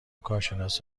کارشناس